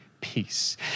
peace